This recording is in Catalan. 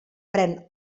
pren